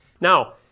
Now